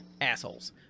...assholes